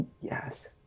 Yes